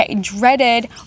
dreaded